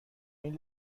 این